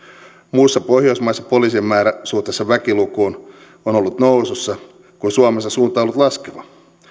muissa pohjoismaissa poliisien määrä suhteessa väkilukuun on ollut nousussa kun suomessa suunta on ollut laskeva